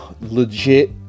legit